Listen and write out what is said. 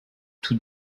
tout